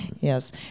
Yes